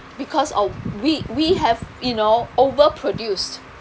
because of we we have you know overproduced